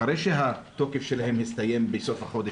אחרי שהתוקף שלהן מסתיים בסוף החודש.